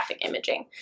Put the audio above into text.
imaging